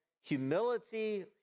humility